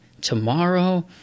Tomorrow